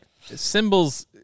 symbols